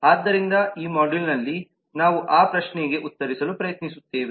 ಆದ್ದರಿಂದ ಈ ಮಾಡ್ಯೂಲ್ನಲ್ಲಿ ನಾವು ಆ ಪ್ರಶ್ನೆಗೆ ಉತ್ತರಿಸಲು ಪ್ರಯತ್ನಿಸುತ್ತೇವೆ